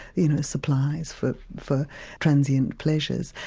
you know supplies for for transient pleasures.